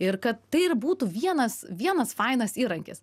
ir kad tai ir būtų vienas vienas fainas įrankis